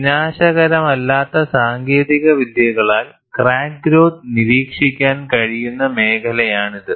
വിനാശകരമല്ലാത്ത സാങ്കേതിക വിദ്യകളാൽ crack growth നിരീക്ഷിക്കാൻ കഴിയുന്ന മേഖലയാണിത്